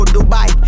Dubai